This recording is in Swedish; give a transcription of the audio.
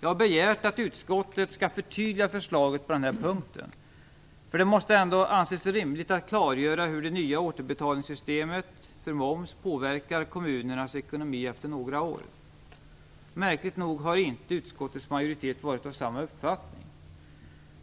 Jag har begärt att utskottet skall förtydliga förslaget på den här punkten. Det måste ändå anses rimligt att klargöra hur det nya återbetalningssystemet för moms påverkar kommunernas ekonomi efter några år. Märkligt nog har inte utskottets majoritet varit av samma uppfattning.